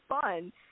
fun